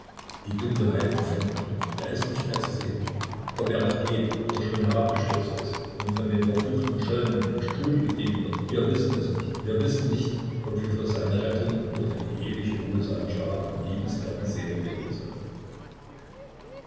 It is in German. die dunkelheit umfängt ihn er ist nicht mehr zu sehen ob er noch geht oder schon herabgestürzt ist und von den verfluchten schollen in den strudel getrieben wird wir wissen es nicht wir wissen nicht ob wir für seine rettung oder für die ewige ruhe seiner starken liebenswerten seele beten sollen